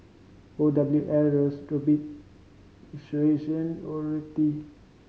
O W L Horti